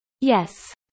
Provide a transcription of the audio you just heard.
Yes